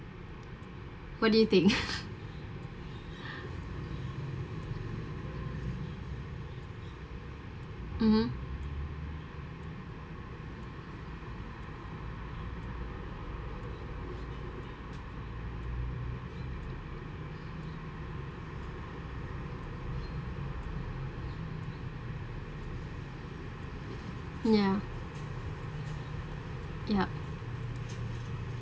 what do you think mmhmm ya ya